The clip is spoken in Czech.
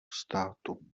státu